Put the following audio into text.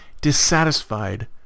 dissatisfied